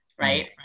Right